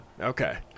Okay